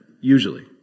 Usually